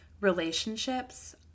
relationships